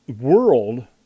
world